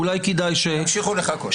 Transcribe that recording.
תמשיכו לחכות.